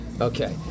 Okay